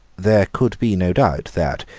there could be no doubt that,